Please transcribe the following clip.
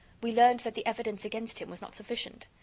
we learned that the evidence against him was not sufficient.